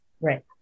Right